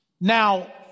Now